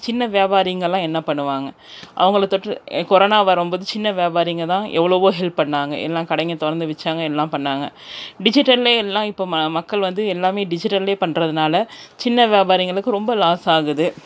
சின்ன வியாபாரிங்களெலாம் என்ன பண்ணுவாங்க அவங்களுக் தொற்று ஏ கொரோனா வரும்போது சின்ன வியாபாரிங்கள் தான் எவ்வளோவோ ஹெல்ப் பண்ணிணாங்க எல்லா கடைங்கள் திறந்து வைச்சாங்க எல்லாம் பண்ணிணாங்க டிஜிட்டலிலே எல்லா இப்போது ம மக்கள் வந்து எல்லாமே டிஜிட்டலிலே பண்ணுறதுனால சின்ன வியாபாரிங்களுக்கு ரொம்ப லாஸ் ஆகுது